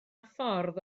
ffordd